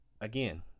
Again